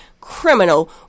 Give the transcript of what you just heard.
criminal